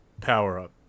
power-up